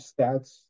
stats